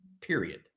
period